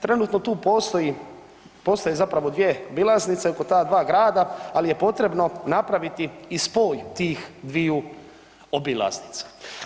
Trenutno tu postoji, postoje zapravo dvije obilaznice oko ta dva grada, ali je potrebno napraviti i spoj tih dviju obilaznica.